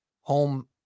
home